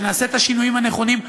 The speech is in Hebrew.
כדי שנעשה את השינויים הנכונים.